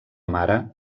mare